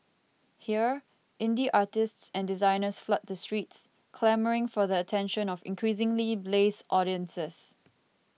here indie artists and designers flood the streets clamouring for the attention of increasingly blase audiences